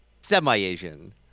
semi-Asian